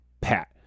pat